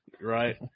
right